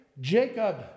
Jacob